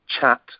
chat